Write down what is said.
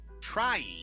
trying